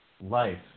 life